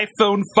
iPhone